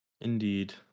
Indeed